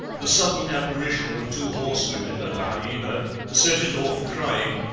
the sudden apparition of two horsewomen and a hyaena set it off crying,